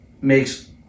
makes